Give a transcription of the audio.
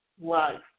life